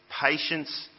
patience